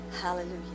Hallelujah